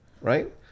right